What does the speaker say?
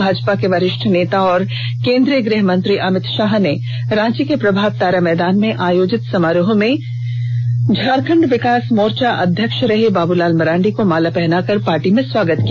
भाजपा के वरिष्ठ नेता और केंद्रीय गृहमंत्री अमित शाह ने रांची के प्रभात तारा मैदान में आयोजित समारोह में झारखंड विकास मोर्चा अध्यक्ष रहे बाबूलाल मरांडी को माला पहनाकर पार्टी में स्वागत किया